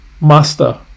Master